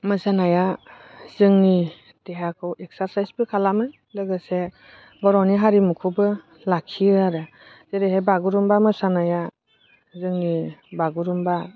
मोसानाया जोंनि देहाखौ एक्सारसाइसबो खालामो लोगोसे बर'नि हारिमुखौबो लाखियो आरो जेरैहाय बागुरुमबा मोसानाया जोंनि बागुरुमबा